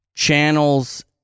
Channels